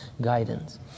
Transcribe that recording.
guidance